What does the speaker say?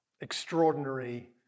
extraordinary